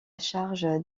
charge